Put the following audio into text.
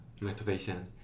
motivation